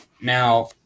Now